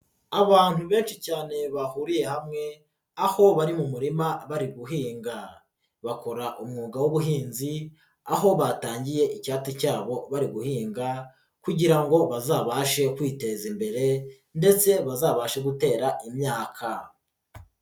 Abantu benshi cyane bahuriye hamwe, aho bari mu murima bari guhinga, bakora umwuga w'ubuhinzi, aho batangiye icyate cyabo bari guhinga kugira ngo bazabashe kwiteza imbere ndetse bazabashe gutera imyaka.